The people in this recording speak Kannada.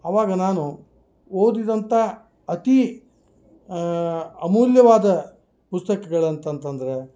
ಆವಾಗ ನಾನು ಓದಿದಂಥ ಅತಿ ಅಮೂಲ್ಯವಾದ ಪುಸ್ತಕಗಳು ಅಂತಂತಂದ್ರೆ